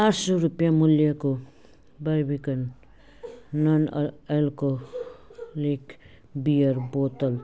आठ सय रुपियाँ मूल्यको Barbican non uh alcoholic beer बोतल